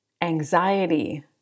anxiety